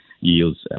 yields